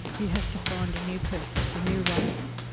you have to find a new purpose, a new way